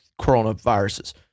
coronaviruses